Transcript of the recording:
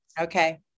okay